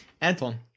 Anton